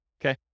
Okay